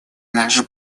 наш